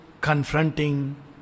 confronting